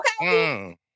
okay